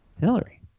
Hillary